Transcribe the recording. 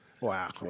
Wow